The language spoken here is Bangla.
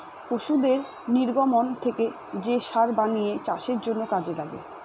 পশুদের নির্গমন থেকে যে সার বানিয়ে চাষের জন্য কাজে লাগে